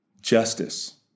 justice